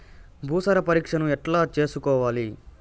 భూసార పరీక్షను ఎట్లా చేసుకోవాలి?